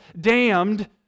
damned